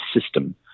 system